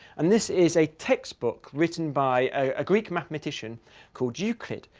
and this is a textbook written by a greek mathematician called euclid.